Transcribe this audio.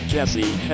Jesse